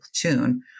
platoon